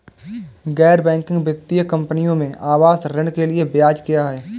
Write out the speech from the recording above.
गैर बैंकिंग वित्तीय कंपनियों में आवास ऋण के लिए ब्याज क्या है?